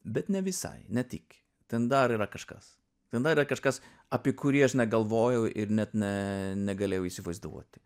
bet ne visai ne tik ten dar yra kažkas ten dar yra kažkas apie kurį aš negalvojau ir net ne negalėjau įsivaizduoti